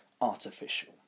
artificial